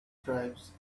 stripes